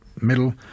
middle